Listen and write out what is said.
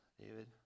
David